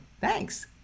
Thanks